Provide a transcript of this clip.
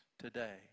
Today